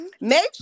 Make